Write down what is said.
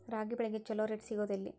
ರಾಗಿ ಬೆಳೆಗೆ ಛಲೋ ರೇಟ್ ಸಿಗುದ ಎಲ್ಲಿ?